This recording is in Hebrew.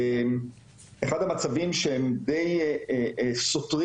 אחד המצבים שהם די סותרים,